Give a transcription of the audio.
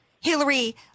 Hillary